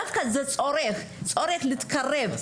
דווקא זה צורך להתקרב,